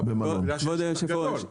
מה אתה רוצה?